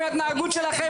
עם ההתנהגות שלכם,